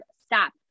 stop